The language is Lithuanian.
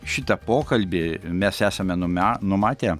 šitą pokalbį mes esame nume numatę